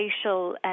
spatial